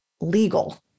legal